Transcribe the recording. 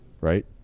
Right